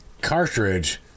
cartridge